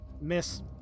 Miss